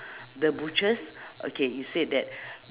the butcher's okay you said that